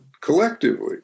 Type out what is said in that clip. collectively